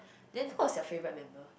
who was your favorite member